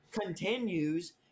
continues